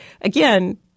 again